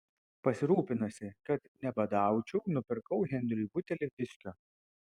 pasirūpinusi kad nebadaučiau nupirkau henriui butelį viskio